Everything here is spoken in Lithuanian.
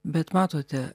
bet matote